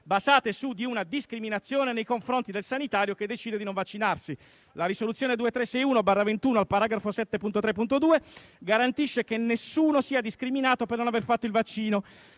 basate su di una discriminazione nei confronti del sanitario che decide di non vaccinarsi. La *Risoluzione 2361/21, al Paragrafo 7.3.2* garantisce che nessuno sia discriminato per non aver fatto il vaccino;